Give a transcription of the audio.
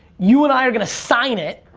you and i are gonna sign it.